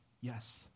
yes